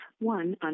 one